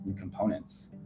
components